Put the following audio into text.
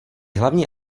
hlavní